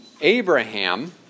Abraham